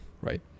Right